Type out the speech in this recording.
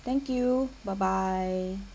thank you bye bye